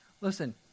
Listen